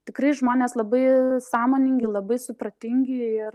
tikrai žmonės labai sąmoningi labai supratingi ir